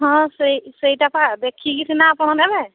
ହଁ ସେଇ ସେଇଟା ବା ଦେଖିକି ସିନା ଆପଣ ନେବେ